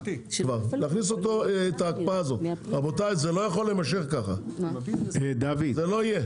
זה לא יכול להימשך כך, זה לא יהיה.